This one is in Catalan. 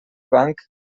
banc